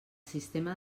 sistema